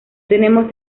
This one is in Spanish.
tenemos